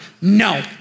No